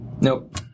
Nope